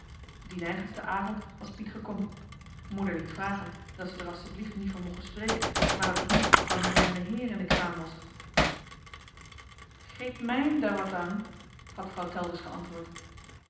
eigensten avond was piet gekommen moeder liet vragen dat ze d'er asseblief nie van moche spreke maar dat dien van de jonge meheer in de kraam most geet mijn da wat an had vrouw telders geantwoord